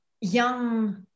young